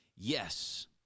Yes